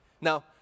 Now